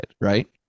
Right